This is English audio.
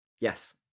Yes